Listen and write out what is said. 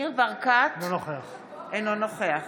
אינו נוכח